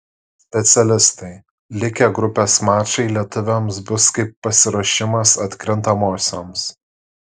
specialistai likę grupės mačai lietuviams bus kaip pasiruošimas atkrintamosioms